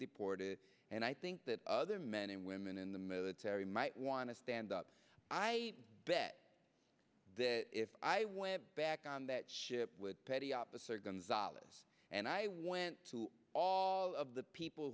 deported and i think that other men and women in the military might want to stand up i bet if i went back on that ship with petty officer gonzales and i went to all of the people